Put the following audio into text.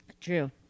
True